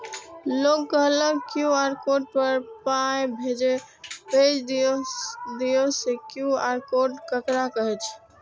लोग कहलक QR code पर पाय भेज दियौ से क्यू.आर कोड ककरा कहै छै?